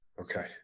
Okay